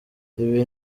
ibi